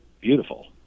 beautiful